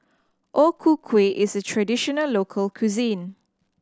O Ku Kueh is a traditional local cuisine